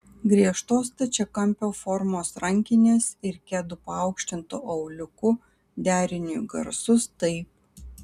griežtos stačiakampio formos rankinės ir kedų paaukštintu auliuku deriniui garsus taip